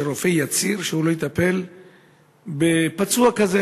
שרופא יצהיר שהוא לא יטפל בפצוע כזה,